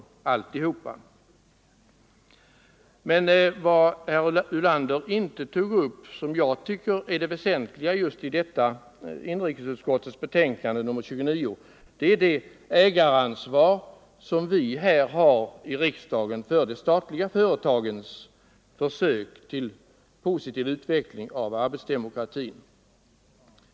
fördjupa arbetsde Men vad herr Ulander inte tar upp och som jag tycker är det väsentliga — mokratin i inrikesutskottets betänkande nr 29 är det ägaransvar som vi här i riksdagen har för de statliga företagens försök till positiv utveckling av arbetsdemokratin.